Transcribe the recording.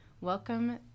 Welcome